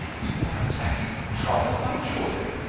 you are attacking trial by jury.